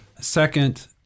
Second